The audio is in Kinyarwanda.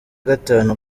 gatanu